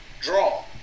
draw